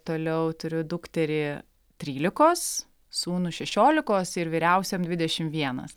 toliau turiu dukterį trylikos sūnų šešiolikos ir vyriausiam dvidešim vienas